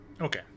Okay